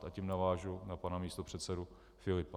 A tím navážu na pana místopředsedu Filipa.